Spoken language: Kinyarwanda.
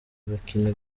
bikini